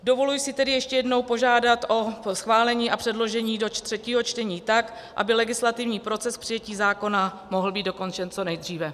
Dovoluji si tedy ještě jednou požádat o schválení a předložení do třetího čtení tak, aby legislativní proces přijetí zákona mohl být dokončen co nejdříve.